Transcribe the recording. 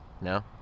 No